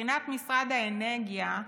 מבחינת משרד האנרגיה,